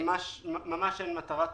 ממש אין מטרה כזאת.